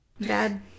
Bad